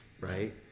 right